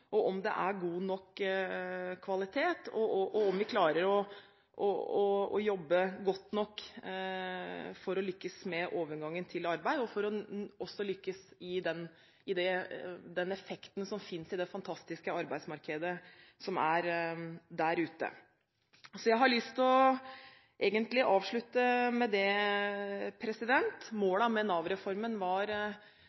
om det er god nok kvalitet, og om vi klarer å jobbe godt nok for å lykkes med overgangen til arbeid, for også å lykkes med tanke på den effekten som finnes i det fantastiske arbeidsmarkedet som er der ute. Jeg vil egentlig avslutte med det. Målet med Nav-reformen var å gi folk med